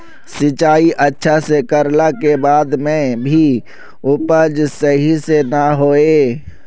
सिंचाई अच्छा से कर ला के बाद में भी उपज सही से ना होय?